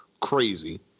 Crazy